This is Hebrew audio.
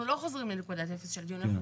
אנחנו לא חוזרים לנקודת אפס של הדיון.